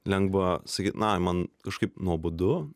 lengva sakyt na man kažkaip nuobodu